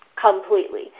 completely